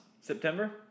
september